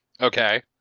Okay